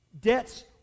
Debts